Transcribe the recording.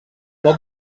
poc